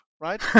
right